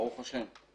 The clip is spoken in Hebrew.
ברוך השם.